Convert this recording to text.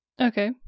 Okay